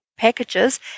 Packages